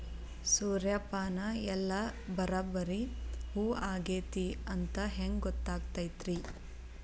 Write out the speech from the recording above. ಸೂರ್ಯಪಾನ ಎಲ್ಲ ಬರಬ್ಬರಿ ಹೂ ಆಗೈತಿ ಅಂತ ಹೆಂಗ್ ಗೊತ್ತಾಗತೈತ್ರಿ?